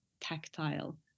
tactile